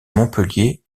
montpellier